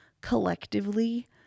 collectively